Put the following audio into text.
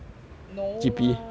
no lah